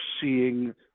seeing